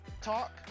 talk